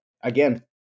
again